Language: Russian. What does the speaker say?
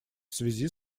связи